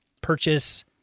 purchase